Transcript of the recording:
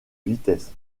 vitesse